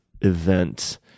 event